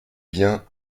biens